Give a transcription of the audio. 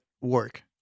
work